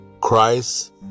Christ